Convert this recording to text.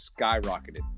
skyrocketed